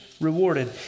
rewarded